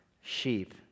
sheep